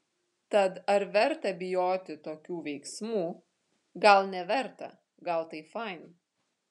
tad ar verta bijoti tokių veiksmų gal neverta gal tai fain